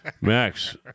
Max